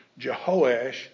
Jehoash